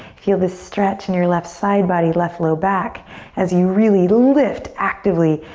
feel this stretch in your left side body, left low back as you really lift actively,